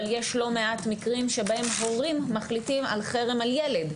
אבל יש לא מעט מקרים שבהם הורים מחליטים על חרם על ילד,